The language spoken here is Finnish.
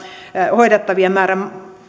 hoidettavien määrän